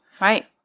Right